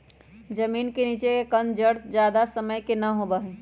जमीन के नीचे के कंद जड़ ज्यादा समय के ना होबा हई